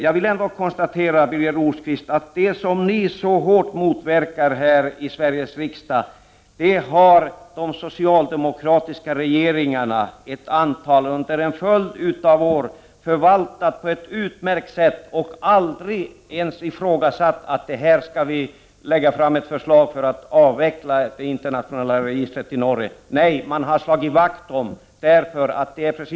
Jag vill ändå konstatera, Birger Rosqvist, att det som ni så hårt motarbetar i Sveriges riksdag har ett antal socialdemokratiska regeringar i Norge under en följd av år förvaltat på ett utmärkt sätt och aldrig ens i frågasatt att man skulle avveckla. Nej, man har slagit vakt om det.